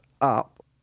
up